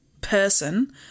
person